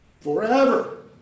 forever